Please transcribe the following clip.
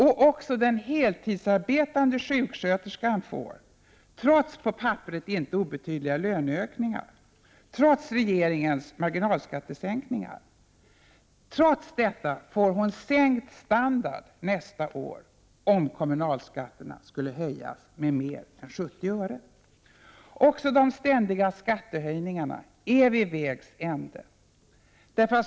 Och också den heltidsarbetande sjuksköterskan får, trots på papperet inte obetydliga löneökningar och trots regeringens marginalskattesänkningar, sänkt standard nästa år om kommunalskatterna höjs med mer än 70 öre. Också de ständiga skattehöjningarna är vid vägs ände.